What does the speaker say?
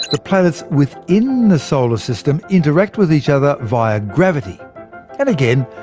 the planets within the solar system interact with each other via gravity and again,